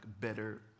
better